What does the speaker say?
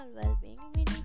well-being